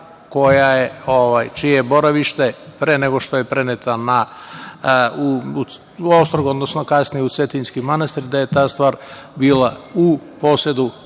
je boravište pre nego što je preneta u Ostrog, kasnije u Cetinjski manastir, da je ta stvar bila u posedu